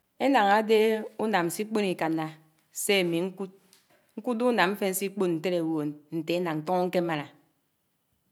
Énán ádé únàm sikpón íkànnà sé àmi ñkùd, nkútó únám ñwén sikpón ntéré dùón nté énáñ túnó nké máná.